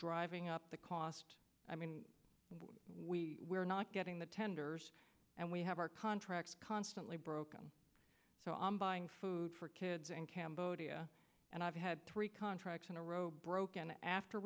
driving up the cost i mean we are not getting the tenders and we have our contracts constantly broken so i'm buying food for kids in cambodia and i've had three contracts in a row broken after